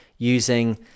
Using